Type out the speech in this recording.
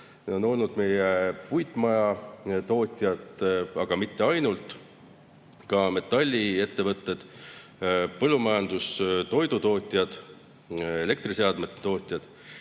on olnud meie puitmajatootjad, aga mitte ainult, ka metalliettevõtted, põllumajandus[ettevõtted], toidutootjad, elektriseadmete tootjad.